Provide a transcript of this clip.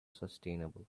sustainable